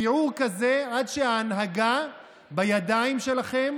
כיעור כזה עד שכשההנהגה בידיים שלכם